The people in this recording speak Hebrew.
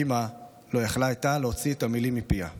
אימא לא יכולה הייתה להוציא את המילים מפיה,